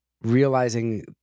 realizing